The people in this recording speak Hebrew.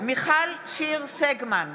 מיכל שיר סגמן,